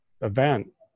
event